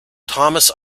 thomas